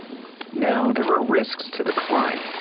now, there were risks to the climb.